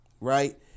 Right